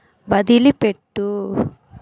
వదిలిపెట్టు